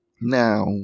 Now